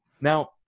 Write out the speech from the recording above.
Now